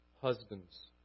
husbands